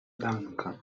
danka